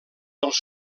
dels